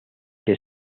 que